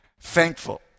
thankful